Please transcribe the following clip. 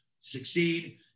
succeed